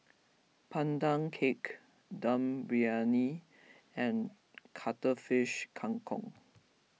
Pandan Cake Dum Briyani and Cuttlefish Kang Kong